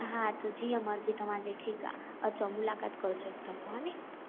हा त जीअं मर्ज़ी तव्हांजी ठीकु आहे अचो मुलाक़ात कयो जो हिकु दफ़ो हा नी